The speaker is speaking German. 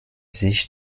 sich